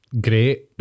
great